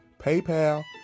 PayPal